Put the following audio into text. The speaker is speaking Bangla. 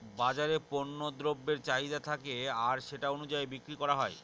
বাজারে পণ্য দ্রব্যের চাহিদা থাকে আর সেটা অনুযায়ী বিক্রি করা হয়